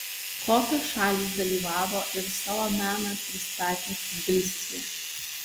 kokios šalys dalyvavo ir savo meną pristatė tbilisyje